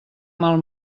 mal